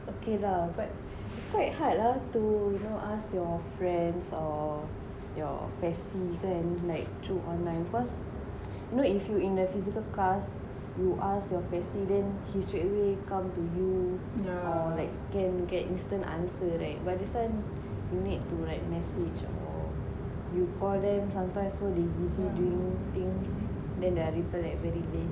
okay lah but it's quite hard lah to you know ask your friends or your faci then like through online cause no issue in the physical cause you ask your faci then he straight away come to you know like can get instant answer right but this one you need to write message or you call them sometimes so they busy doing things then they will reply like very late